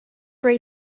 ray